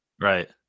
Right